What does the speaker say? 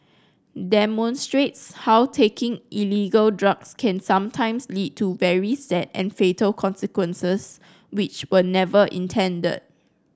demonstrates how taking illegal drugs can sometimes lead to very sad and fatal consequences which were never intended